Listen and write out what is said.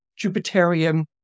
Jupiterian